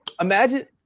Imagine –